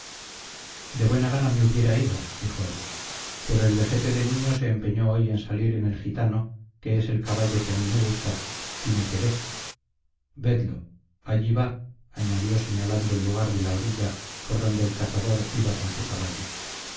de buena gana me hubiera ido dijo él pero el vejete de nuño se empeñó hoy en salir en el gitano que es el caballo que a mí me gusta y me quedé vedlo allí va añadió señalando el lugar de la orilla por donde el cazador iba con su caballo